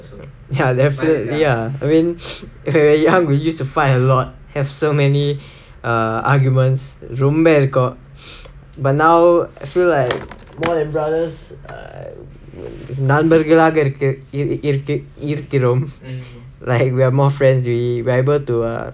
ya definitely ah I mean when we were young we used to fight a lot have so many err arguments ரொம்ப இருக்கும்:romba irukkum but now I feel like more than brothers நண்பர்களா இருக்கு இருக்கு இருக்கிறோம்:nanbargalaaga irukku irukku irukkirom like we are more friends already we are able to err